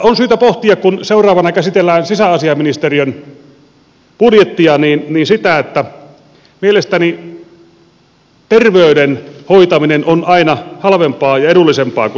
on syytä pohtia kun seuraavana käsitellään sisäasiainministeriön budjettia sitä että mielestäni terveyden hoitaminen on aina halvempaa ja edullisempaa kuin sairauden hoitaminen